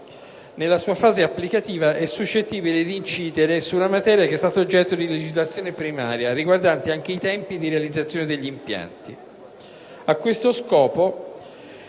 nella sua fase applicativa è suscettibile di incidere su una materia che è stata oggetto di legislazione primaria, riguardante anche i tempi di realizzazione degli impianti.